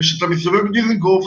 כשאתה מסתובב בדיזינגוף,